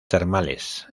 termales